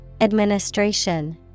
Administration